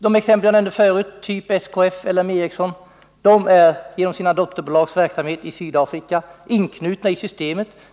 De företag jag nämnde förut — typ SKF och L M Ericsson — är genom sina dotterbolags verksamhet i Sydafrika inknutna i systemet.